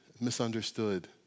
misunderstood